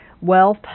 wealth